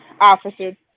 Officer